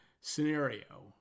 scenario